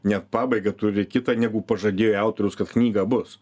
net pabaigą turi kitą negu pažadėjo autorius kad knyga bus